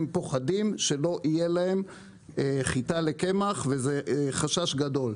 הם פוחדים שלא יהיה להם חיטה לקמח וזה חשש גדול.